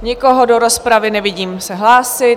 Nikoho do rozpravy nevidím se hlásit.